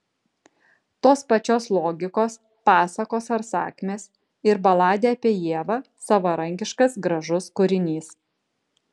tos pačios logikos pasakos ar sakmės ir baladė apie ievą savarankiškas gražus kūrinys